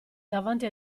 davanti